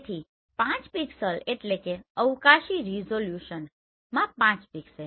તેથી 5 પિક્સેલ એટલે કે અવકાશી રીઝોલ્યુશનમાં 5 પિક્સેલ